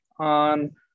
On